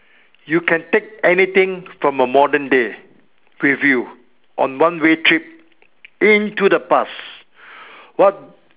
you can take anything from a modern day with you on one way trip into the past what